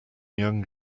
young